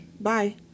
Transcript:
Bye